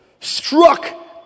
struck